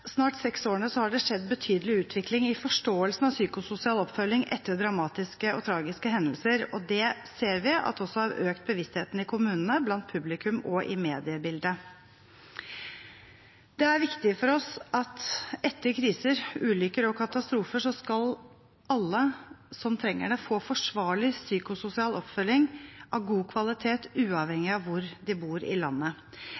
snart seks årene har det skjedd en betydelig utvikling i forståelsen av psykososial oppfølging etter dramatiske og tragiske hendelser, og vi ser at det også har økt bevisstheten i kommunene, blant publikum og i mediebildet. Det er viktig for oss at etter kriser, ulykker og katastrofer skal alle som trenger det, få forsvarlig psykososial oppfølging av god kvalitet